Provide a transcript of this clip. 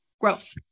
growth